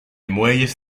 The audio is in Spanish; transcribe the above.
muelles